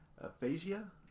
Aphasia